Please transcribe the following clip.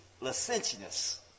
licentious